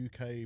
UK